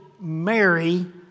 Mary